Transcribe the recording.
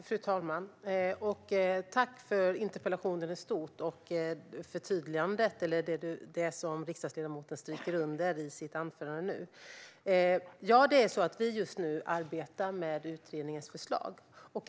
Fru talman! Tack för interpellationen i stort och för förtydligandet, det vill säga det riksdagsledamoten strök under i sitt anförande. Vi arbetar just nu med utredningens förslag.